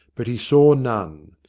but he saw none.